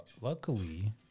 luckily